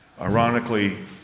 Ironically